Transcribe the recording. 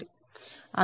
అందువలన P2Pg201